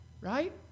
right